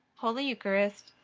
holy eucharist,